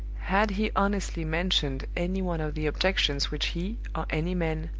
had he honestly mentioned any one of the objections which he, or any man,